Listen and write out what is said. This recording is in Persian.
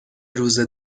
روزه